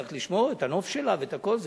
צריך לשמור את הנוף שלה ואת הכול,